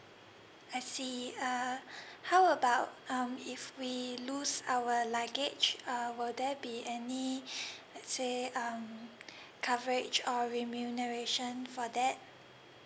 I see uh how about um if we lose our luggage uh will there be any let say um coverage or remuneration for that